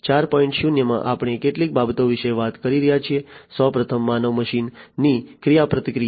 0 માં આપણે કેટલીક બાબતો વિશે વાત કરી રહ્યા છીએ સૌ પ્રથમ માનવ મશીન ની ક્રિયાપ્રતિક્રિયા